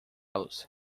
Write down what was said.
los